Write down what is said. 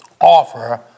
offer